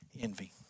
envy